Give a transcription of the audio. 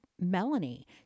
Melanie